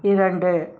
இரண்டு